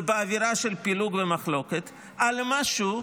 ובאווירה של פילוג ומחלוקת, על משהו,